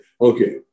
okay